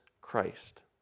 Christ